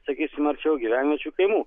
sakysim arčiau gyvenviečių kaimų